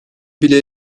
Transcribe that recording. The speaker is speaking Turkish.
bile